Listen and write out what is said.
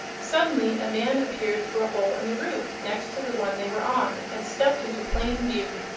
suddenly a man appeared through a hole in the roof next to the one they were on and stepped into plain view.